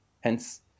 Hence